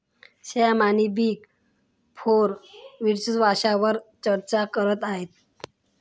श्याम आणि big four वर्चस्वावार चर्चा करत आहेत